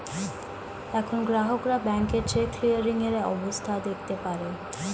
এখন গ্রাহকরা ব্যাংকে চেক ক্লিয়ারিং এর অবস্থা দেখতে পারে